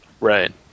Right